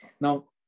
Now